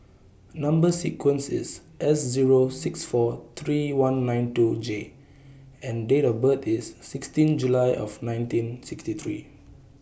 Number sequence IS S Zero six four three one nine two J and Date of birth IS sixteen July of nineteen sixty three